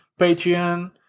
Patreon